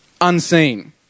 unseen